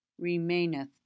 remaineth